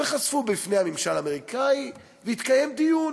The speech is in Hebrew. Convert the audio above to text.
וחשפו בפני הממשל האמריקני, והתקיים דיון,